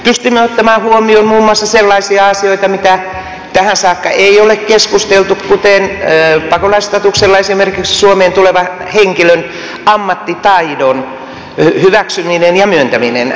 pystyimme ottamaan huomioon muun muassa sellaisia asioita mistä tähän saakka ei ole keskusteltu kuten esimerkiksi pakolaisstatuksella suomeen tulevan henkilön ammattitaidon hyväksyminen ja myöntäminen